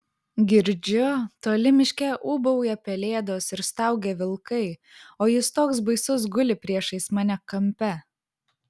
girdžiu toli miške ūbauja pelėdos ir staugia vilkai o jis toks baisus guli priešais mane kampe